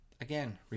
again